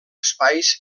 espais